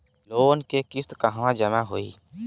Loan के किस्त कहवा जामा होयी?